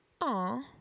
Aw